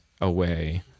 away